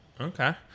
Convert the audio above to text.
Okay